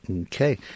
Okay